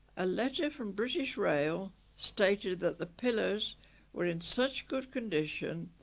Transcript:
a letter from british rail stated that the pillars were in such good condition.